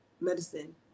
medicine